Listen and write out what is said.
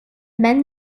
men